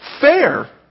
fair